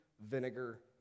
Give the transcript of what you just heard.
vinegar